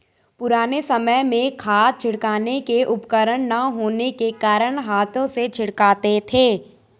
पुराने समय में खाद छिड़कने के उपकरण ना होने के कारण हाथों से छिड़कते थे